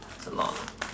it's long ah